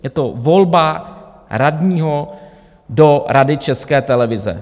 Je to volba radního do Rady České televize.